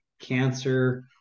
cancer